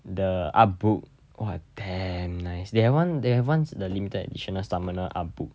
the artbook !wah! damn nice they have one they have one s~ the limited edition summoner artbook